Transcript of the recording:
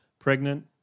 Pregnant